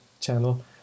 channel